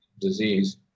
disease